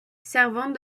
servant